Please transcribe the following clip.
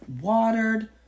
watered